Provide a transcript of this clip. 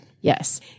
Yes